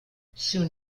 soon